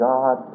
God